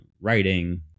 writing